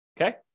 Okay